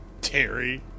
Terry